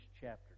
chapter